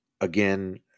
again